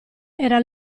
era